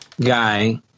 guy